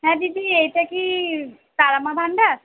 হ্যাঁ দিদি এইটা কি তারা মা ভান্ডার